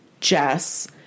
Jess